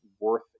worth